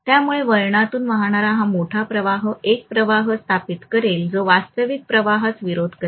त्यामुळे वळणातून वाहणारा हा मोठा प्रवाह एक प्रवाह स्थापित करेल जो वास्तविक प्रवाहास विरोध करेल